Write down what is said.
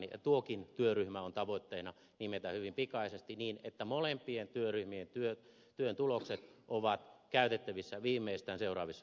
tuokin työryhmä on tavoitteena nimetä hyvin pikaisesti niin että molempien työryhmien työn tulokset ovat käytettävissä viimeistään seuraavissa